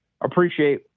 appreciate